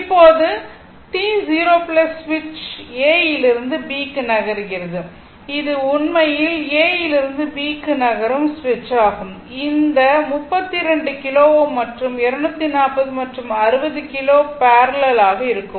இப்போது t 0 சுவிட்ச் A யிலிருந்து B க்கு நகர்கிறது இது உண்மையில் A யிலிருந்து B க்கு நகரும் சுவிட்ச் ஆகும் இது இந்த 32 கிலோ Ω மற்றும் 240 மற்றும் 60 கிலோ பேரலல் ஆக இருக்கும்